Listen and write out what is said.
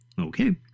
Okay